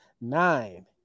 Nine